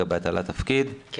אני